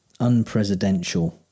unpresidential